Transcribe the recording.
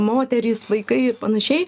moterys vaikai ir panašiai